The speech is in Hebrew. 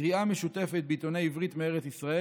קריאה משותפת בעיתונות העברית מארץ ישראל